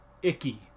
Icky